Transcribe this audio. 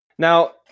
Now